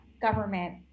government